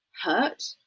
Hurt